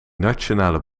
nationale